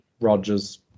rogers